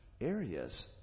areas